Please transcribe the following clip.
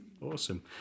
Awesome